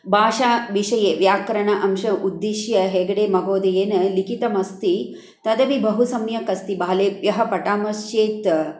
भाषाविषये व्याकरण अंशम् उद्दिश्य हेगडे महोदयेन लिखितमस्ति तदपि बहुसम्यक् अस्ति बालेभ्यः पठामश्चेत्